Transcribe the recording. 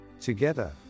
Together